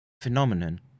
phenomenon